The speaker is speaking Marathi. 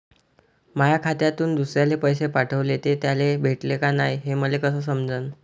माया खात्यातून दुसऱ्याले पैसे पाठवले, ते त्याले भेटले का नाय हे मले कस समजन?